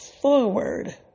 forward